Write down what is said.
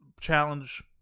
challenge